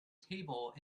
table